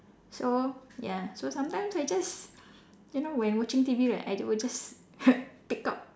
so ya so sometimes I just you know when watching T_V right I would just pick up